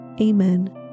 Amen